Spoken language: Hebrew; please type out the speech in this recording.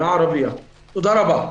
תודה רבה.